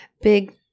Big